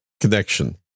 connection